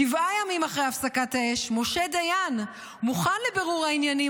שבעה ימים אחרי הפסקת האש משה דיין מוכן לבירור העניינים